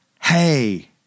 hey